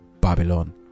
Babylon